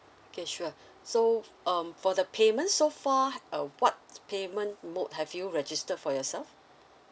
okay sure so um for the payment so far uh what payment mode have you registered for yourself